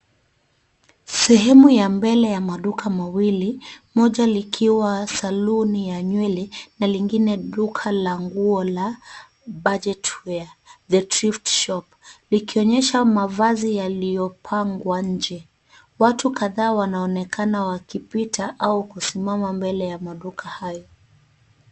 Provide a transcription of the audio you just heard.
Sehemu ya mbele ya maduka mawili moja likiwa saloni ya nywele na lingine likiwa duka la nguo Budget Wear The ThriftShop likonyesha mavazi yalio pangwa nje. Watu kadhaa wanaonekana wakipita au kusimama mbele ya maduka hayo.